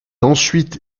ensuite